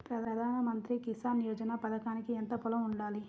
ప్రధాన మంత్రి కిసాన్ యోజన పథకానికి ఎంత పొలం ఉండాలి?